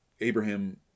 Abraham